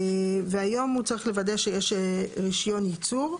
והיום הוא צריך לוודא שיש רישיון ייצור.